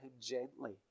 gently